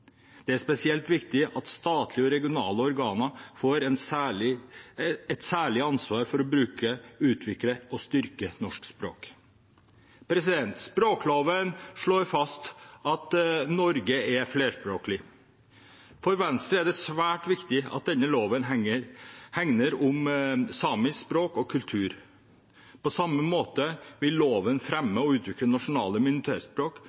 Det er spesielt viktig at statlige og regionale organer får et særlig ansvar for å bruke, utvikle og styrke norsk språk. Språkloven slår fast at Norge er flerspråklig. For Venstre er det svært viktig at denne loven hegner om samisk språk og kultur. På samme måte vil loven fremme og utvikle nasjonale minoritetsspråk